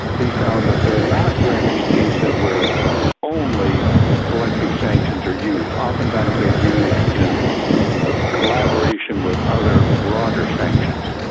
we found that there are not very many cases where only elective sanctions are used. oftentimes they're used in collaboration with other broader sanctions.